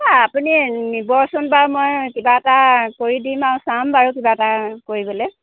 অঁ আপুনি নিবচোন বাৰু মই কিবা এটা কৰি দিম আৰু চাম বাৰু কিবা এটা কৰিবলৈ